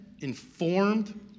informed